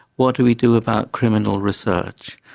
what do we do about criminal research?